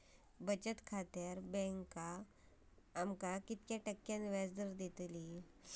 बचत खात्यार बँक आमका किती टक्के व्याजदर देतली?